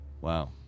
Wow